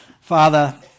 Father